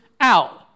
out